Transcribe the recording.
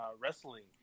wrestling